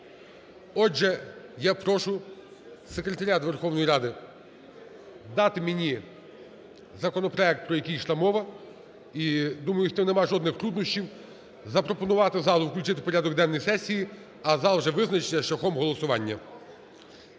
Отже, я прошу секретаріат Верховної Ради дати мені законопроект, про який йшла мова, і думаю, що немає жодних труднощів запропонувати залу включити у порядок денний сесії, а зал вже визначиться шляхом голосування.